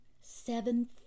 seven